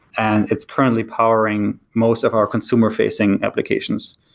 and it's currently powering most of our consumer-facing applications.